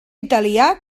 italià